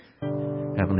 Heavenly